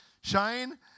Shane